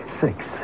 six